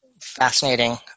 Fascinating